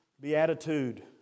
beatitude